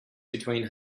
between